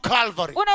Calvary